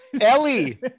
Ellie